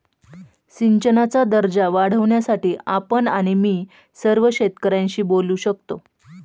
सिंचनाचा दर्जा वाढवण्यासाठी आपण आणि मी सर्व शेतकऱ्यांशी बोलू शकतो